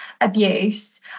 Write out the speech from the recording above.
abuse